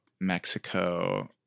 Mexico